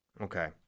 Okay